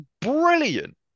brilliant